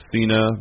Cena